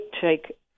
take